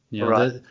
Right